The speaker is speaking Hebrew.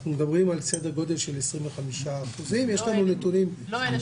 אנחנו מדברים על סדר-גודל של 25%. לא אלה